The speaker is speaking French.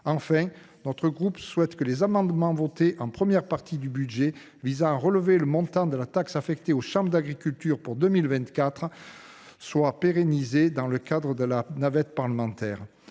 Enfin, notre groupe souhaite que les amendements votés en première partie de ce PLF visant à relever le montant de taxe affectée aux chambres d’agriculture pour 2024 soient pérennisés dans le cadre de la navette parlementaire.